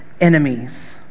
enemies